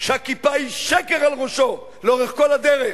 שהכיפה היא שקר על ראשו לאורך כל הדרך.